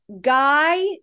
guy